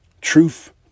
Truth